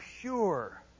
pure